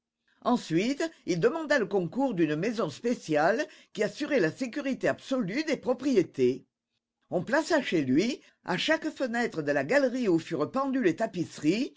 ensuite il demanda le concours d'une maison spéciale qui assurait la sécurité absolue des propriétés on plaça chez lui à chaque fenêtre de la galerie où furent pendues les tapisseries